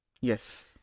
Yes